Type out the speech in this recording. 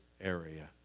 area